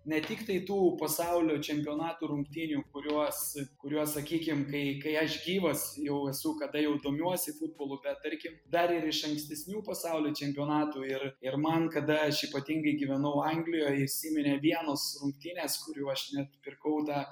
ne tiktai tų pasaulio čempionatų rungtynių kuriuos kuriuos sakykime kai kai aš gyvas jau esu kada jau domiuosi futbolu bet tarkim dar ir iš ankstesnių pasaulio čempionatų ir ir man kada aš ypatingai gyvenau anglijoj įsiminė vienos rungtynės kurių aš net pirkau tą